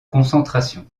concentration